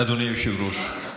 אדוני היושב-ראש,